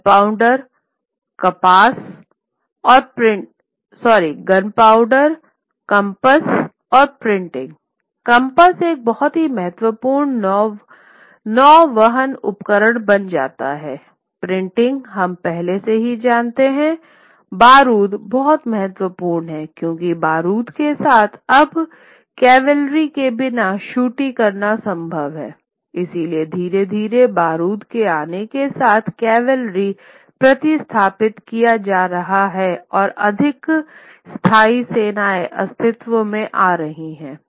gunpowder compass और printing compass एक बहुत ही महत्वपूर्ण नौवहन उपकरण बन जाता है प्रिंटिंग हम पहले से ही जानते हैंबारूद बहुत महत्वपूर्ण है क्योंकि बारूद के साथ अब कैवेलरी के बिना शूट करना संभव है इसलिए धीरे धीरे बारूद के आने के साथ कैवेलरी प्रतिस्थापित किया जा रहा है और अधिक स्थायी सेनाएँ अस्तित्व में आ रही हैं